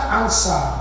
answer